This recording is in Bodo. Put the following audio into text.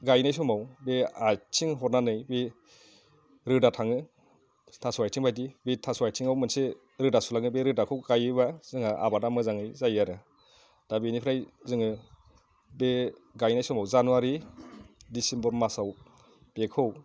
गायनाय समाव बे आथिं हरनानै बे रोदा थाङो थास' आथिं बायदि बे थास' आथिङाव मोनसे रोदा सुलाङो बे रोदाखौ गायोबा जोंहा आबादा मोजाङै जायो आरो दा बेनिफ्राय जोङो बे गायनाय समाव जानुवारि दिसेम्बर मासाव बेखौ